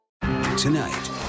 Tonight